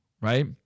right